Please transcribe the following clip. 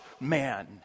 man